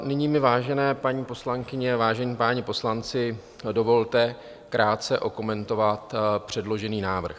Nyní mi, vážené paní poslankyně, vážení páni poslanci, dovolte krátce okomentovat předložený návrh.